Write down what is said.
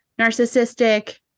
narcissistic